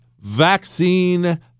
vaccine